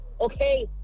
okay